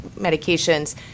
medications